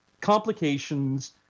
complications